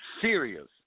serious